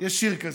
יש גם שיר כזה,